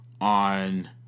on